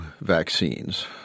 vaccines